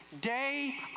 Day